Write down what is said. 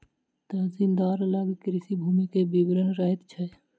तहसीलदार लग कृषि भूमि के विवरण रहैत छै